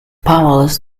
powerless